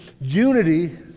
unity